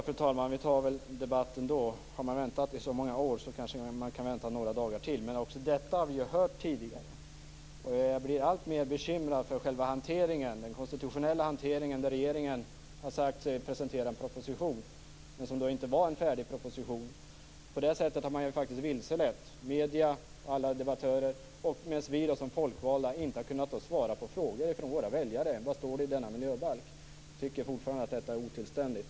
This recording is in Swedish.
Fru talman! Vi tar väl debatten då. Har man väntat i så många år kanske man kan vänta några dagar till. Men också detta har vi hört tidigare. Jag blir alltmer bekymrad för den konstitutionella hanteringen, där regeringen har sagt sig presentera en proposition, men som då inte var en färdig proposition. På det sättet har man vilselett medierna och alla debattörer, medan vi som folkvalda inte har kunnat svara på frågor från våra väljare om vad det står i denna miljöbalk. Jag tycker fortfarande att detta är otillständigt.